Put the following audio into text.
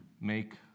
make